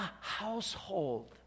household